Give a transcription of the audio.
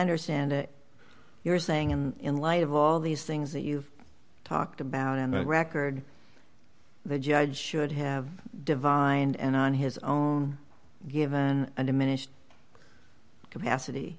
understand it you're saying and in light of all these things that you've talked about on the record the judge should have divined and on his own given a diminished capacity